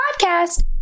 Podcast